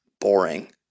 boring